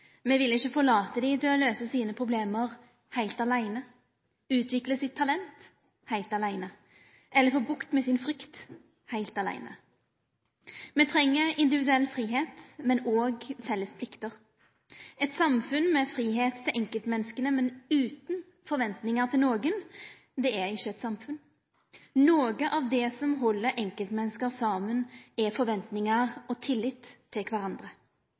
Me vil ikkje forlata dei for å løysa problema sine heilt aleine, utvikla talentet sitt heilt aleine, eller få bukt med frykta si heilt aleine. Me treng individuell fridom, men òg felles pliktar. Eit samfunn med fridom til enkeltmenneska, men utan forventingar til nokon, er ikkje eit samfunn. Noko av det som held enkeltmenneske saman, er forventingar og tillit til kvarandre.